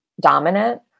Dominant